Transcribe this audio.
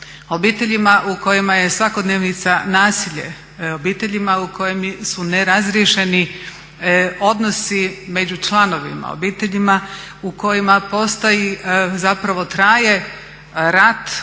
obiteljima u kojima je svakodnevica nasilje, obiteljima u kojima su nerazriješeni odnosi među članovima, obiteljima u kojima postoji zapravo traje rat